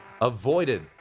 avoided